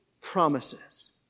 promises